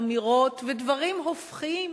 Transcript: אמירות ודברים הופכיים.